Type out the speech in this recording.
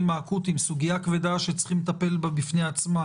האקוטיים סוגיה כבדה שצריכים לטפל בה בפני עצמה